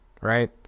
Right